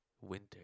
Winter